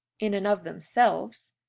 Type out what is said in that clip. in and of themselves,